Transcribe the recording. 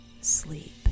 sleep